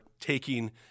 taking